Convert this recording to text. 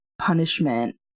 punishment